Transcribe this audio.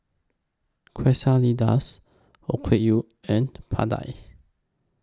Quesadillas Okayu and Pad Thai